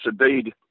Indeed